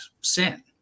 sin